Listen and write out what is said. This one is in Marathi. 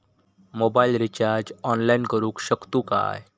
मोबाईल रिचार्ज ऑनलाइन करुक शकतू काय?